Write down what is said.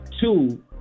two